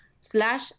slash